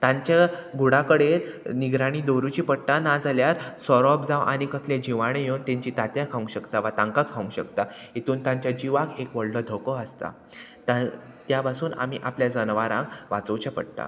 तांच्या घुडा कडेन निगराणी दवरुची पडटा नाजाल्यार सोरोप जावं आनी कसले जिवाणें येवन तेंची तांत्यां खावंक शकता वा तांकां खावंक शकता हितून तांच्या जिवाक एक व्हडलो धोको आसता ता त्या पासून आमी आपल्या जनवरांक वाचोवचें पडटा